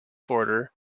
border